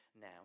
now